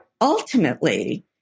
ultimately